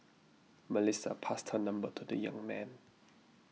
Melissa passed her number to the young man